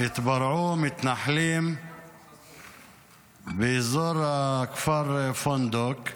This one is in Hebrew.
התפרעו מתנחלים באזור הכפר פונדוק.